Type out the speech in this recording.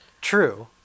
True